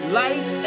light